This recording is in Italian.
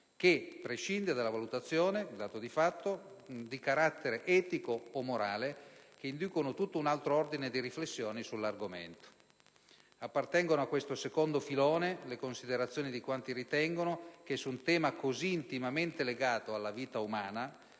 che prescinde dalle valutazioni di carattere etico o morale, che inducono tutto un altro ordine di riflessioni sull'argomento. Appartengono a questo secondo filone le considerazioni di quanti ritengono che su un tema così intimamente legato alla vita umana